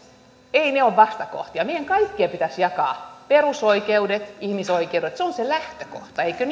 eivät ne ole vastakohtia meidän kaikkien pitäisi jakaa perusoikeudet ihmisoikeudet se on se lähtökohta eikö